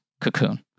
Cocoon